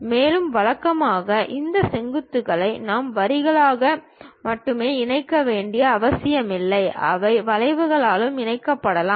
மேலும் வழக்கமாக இந்த செங்குத்துகளை நாம் வரிகளால் மட்டுமே இணைக்க வேண்டிய அவசியமில்லை அவை வளைவுகளாலும் இணைக்கப்படலாம்